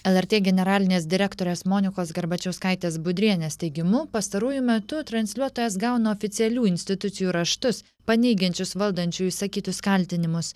lrt generalinės direktorės monikos garbačiauskaitės budrienės teigimu pastaruoju metu transliuotojas gauna oficialių institucijų raštus paneigiančius valdančiųjų išsakytus kaltinimus